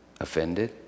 Offended